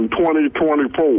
2024